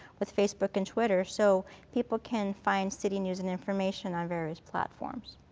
with facebook and twitter, so people can find city news and information on various platforms.